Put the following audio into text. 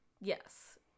Yes